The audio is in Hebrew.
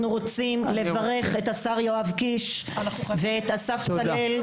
רוצים לברך את השר יואב קיש ואת אסף צלאל -- תודה.